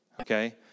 Okay